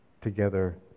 together